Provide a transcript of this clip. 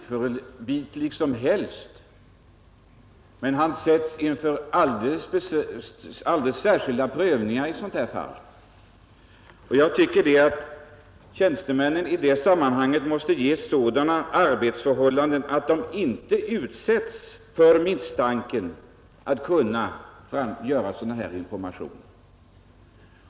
Herr talman! En tjänsteman må vara hur oförvitlig som helst — han ställs dock i sådana här fall inför alldeles särskilda prövningar. Tjänstemännen måste ges sådana arbetsförhållanden att de inte utsätts ens för misstanken att kunna lämna sådan information.